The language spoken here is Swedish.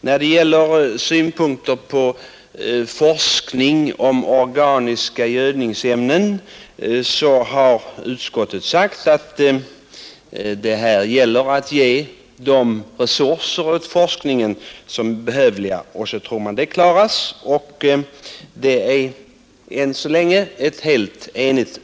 När det gäller utvidgad vetenskaplig försöksverksamhet med organiska gödningsmedel har utskottet erinrat om att det gäller att ge de resurser åt forskningen som är behövliga; därmed tror man att detta är avklarat. — Ännu så länge är utskottet helt enigt.